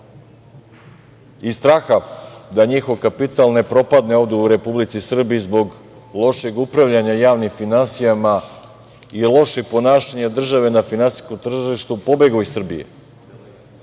iz straha da njihov kapital ne propadne ovde u Republici Srbiji zbog lošeg upravljanja javnim finansijama i lošeg ponašanja države na finansijskom tržištu pobegao iz Srbije,